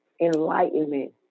enlightenment